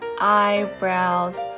eyebrows